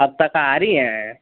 आप शाकाहारी हैं